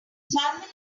salmon